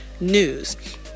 news